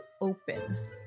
open